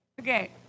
Okay